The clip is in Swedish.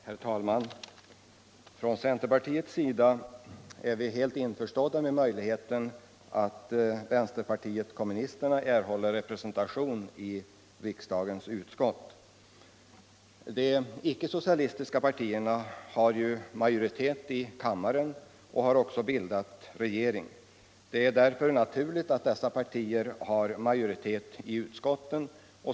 Herr valman! Vi är inom centerns riksdagsgrupp helt införstådda med möjligheten att vänsterpartiet kommunisterna erhåller representation i riksdagens utskott. De ieke-socialistiska partierna har majoritet i kammaren och har också bildat regering. Det är därför naturligt att dessa partier har majoritet i utskotten.